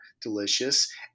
Delicious